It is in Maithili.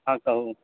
हँ कहू